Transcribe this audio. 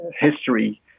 history